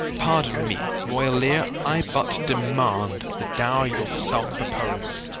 pardon me. royal lear i but demand the dow'r yourself propos'd,